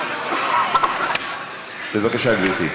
בבקשה, גברתי.